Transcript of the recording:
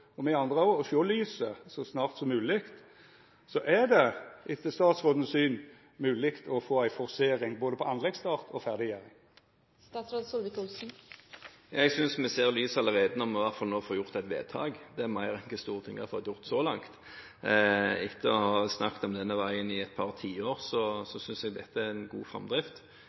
så snart som mogleg. Er det etter statsrådens syn mogleg å få til ei forsering av både anleggsstart og ferdiggjering? Jeg synes vi ser lyset allerede når vi nå får fattet et vedtak. Det er mer enn hva Stortinget har fått til så langt. Etter å ha snakket om denne veien i et par tiår synes jeg dette er en god framdrift.